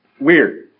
Weird